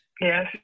Yes